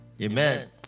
amen